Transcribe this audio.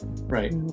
Right